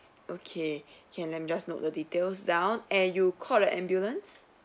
okay can let me just note the details down and you called the ambulance